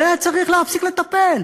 הוא היה צריך להפסיק לטפל.